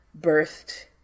birthed